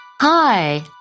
Hi